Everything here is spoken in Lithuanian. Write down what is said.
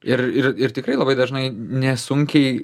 ir ir ir tikrai labai dažnai nesunkiai